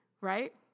right